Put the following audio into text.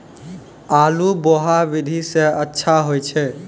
आलु बोहा विधि सै अच्छा होय छै?